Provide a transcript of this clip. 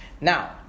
Now